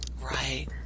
right